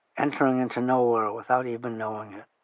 entering into nowhere without even knowing it,